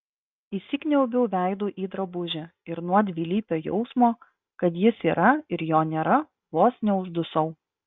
įsikniaubiau veidu į drabužį ir nuo dvilypio jausmo kad jis yra ir jo nėra vos neuždusau